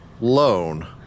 loan